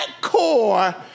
core